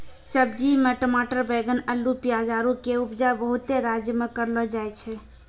सब्जी मे टमाटर बैगन अल्लू पियाज आरु के उपजा बहुते राज्य मे करलो जाय छै